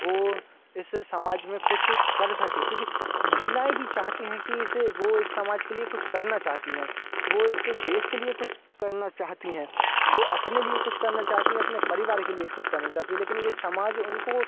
वो इस समाज में कुछ कर सके क्योंकि महिलाएँ भी चाहती हैं कि इस वो इस समाज के लिए कुछ करना चाहती हैं वो इस देश के लिए कुछ करना चाहती हैं वो अपने लिए कुछ करना चाहती हैं अपने परिवार के लिए कुछ करना चाहती है लेकिन ये समाज उनको वो